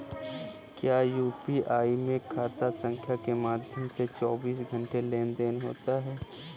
क्या यू.पी.आई में खाता संख्या के माध्यम से चौबीस घंटे लेनदन होता है?